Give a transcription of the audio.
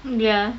ya